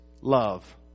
love